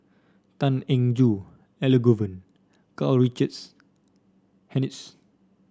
Tan Eng Joo Elangovan Karl Richard Hanitsch